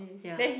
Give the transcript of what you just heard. ya